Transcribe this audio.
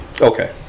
Okay